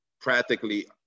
practically –